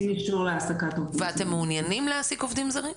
אין אישור להעסקת עובדים זרים.